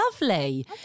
lovely